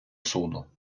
суду